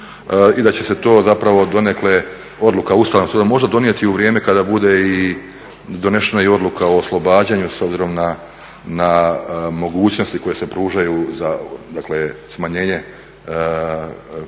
i da će se to zapravo donekle, odluka Ustavnog suda možda donijeti u vrijeme kada bude i donesena i odluka o oslobađanju s obzirom na mogućnosti koje se pružaju za smanjenje kazne